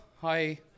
Hi